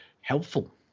helpful